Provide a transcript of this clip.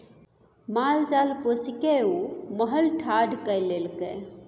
माल जाल पोसिकए ओ महल ठाढ़ कए लेलकै